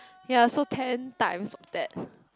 ya so ten times that